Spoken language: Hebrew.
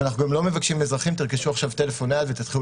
ואנחנו גם לא מבקשים מאזרחים: תרכשו עכשיו טלפון נייד ותתחילו